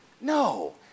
no